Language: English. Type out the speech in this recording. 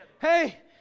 Hey